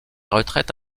retraite